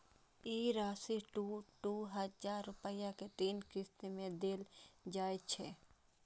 ई राशि दू दू हजार रुपया के तीन किस्त मे देल जाइ छै